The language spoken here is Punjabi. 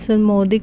ਸੰਮੋਧਿਕ